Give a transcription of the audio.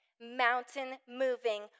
mountain-moving